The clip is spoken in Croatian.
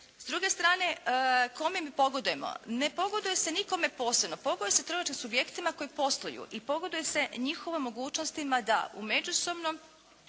S druge strane kome mi pogodujemo? Ne pogoduje se nikome posebno. Pogoduje se trgovačkim subjektima koji posluju i pogoduje se njihovoj mogućnosti mada u međusobnom